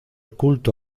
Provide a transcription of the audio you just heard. culto